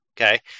Okay